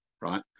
right